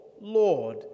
Lord